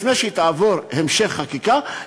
לפני שהיא תעבור המשך חקיקה,